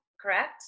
correct